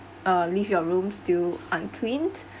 uh leave your room still unclean